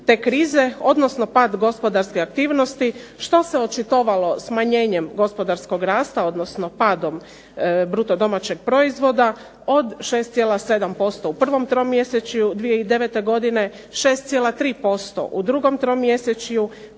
te krize, odnosno pad gospodarske aktivnosti što se očitovalo smanjenjem gospodarskog rasta, odnosno padom bruto domaćeg proizvoda od 6,7% u prvom tromjesečju 2009. godine, 6,3% u drugom tromjesečju,